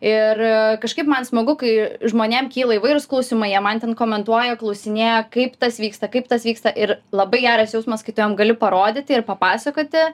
ir kažkaip man smagu kai žmonėm kyla įvairūs klausimai jie man ten komentuoja klausinėja kaip tas vyksta kaip tas vyksta ir labai geras jausmas kai tu jiem gali parodyti ir papasakoti